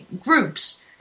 groups